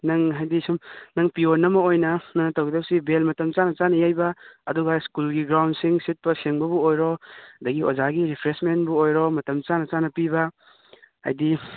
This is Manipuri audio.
ꯅꯪ ꯍꯥꯏꯗꯤ ꯁꯨꯝ ꯅꯪ ꯄꯤꯌꯣꯟ ꯑꯃ ꯑꯣꯏꯅ ꯅꯪꯅ ꯇꯧꯒꯗꯧꯕꯁꯤ ꯕꯦꯜ ꯃꯇꯝ ꯆꯥꯅ ꯆꯥꯅ ꯌꯩꯕ ꯑꯗꯨꯒ ꯁ꯭ꯀꯨꯜꯒꯤ ꯒ꯭ꯔꯥꯎꯟꯁꯤꯡ ꯁꯤꯠꯄ ꯁꯦꯡꯕꯕꯨ ꯑꯣꯏꯔꯣ ꯑꯗꯒꯤ ꯑꯣꯖꯥꯒꯤ ꯔꯤꯐ꯭ꯔꯦꯁꯃꯦꯟꯕꯨ ꯑꯣꯏꯔꯣ ꯃꯇꯝ ꯆꯥꯅ ꯆꯥꯅ ꯄꯤꯕ ꯍꯥꯏꯗꯤ